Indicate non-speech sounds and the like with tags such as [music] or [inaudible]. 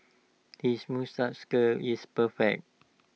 his [unintelligible] curl is perfect